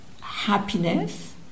happiness